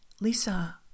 Lisa